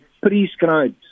prescribes